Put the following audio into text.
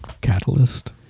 Catalyst